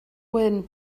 wind